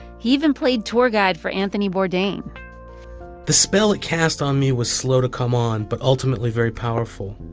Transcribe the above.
he even played tour guide for anthony bourdain the spell it cast on me was slow to come on, but ultimately very powerful.